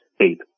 eight